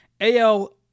AL